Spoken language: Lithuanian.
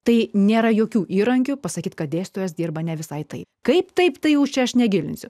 tai nėra jokių įrankių pasakyti kad dėstytojas dirba ne visai taip kaip taip tai jau čia aš negėdinsiu